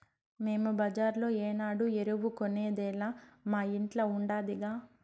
మేము బజార్లో ఏనాడు ఎరువు కొనేదేలా మా ఇంట్ల ఉండాదిగా